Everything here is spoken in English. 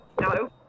No